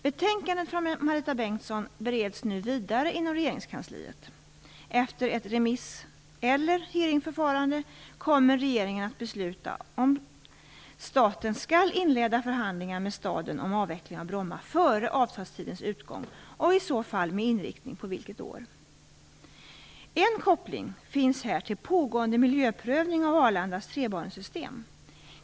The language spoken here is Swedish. Betänkandet från Marita Bengtsson bereds nu vidare inom regeringskansliet. Efter ett remiss eller hearingförfarande kommer regeringen att besluta om staten skall inleda förhandlingar med staden om avveckling av Bromma före avtalstidens utgång och i så fall med inriktning på vilket år. En koppling finns här till pågående miljöprövning av Arlandas trebanesystem.